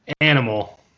animal